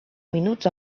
minuts